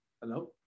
Hello